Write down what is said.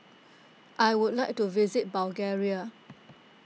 I would like to visit Bulgaria